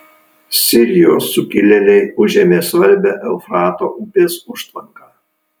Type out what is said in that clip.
sirijos sukilėliai užėmė svarbią eufrato upės užtvanką